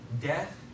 death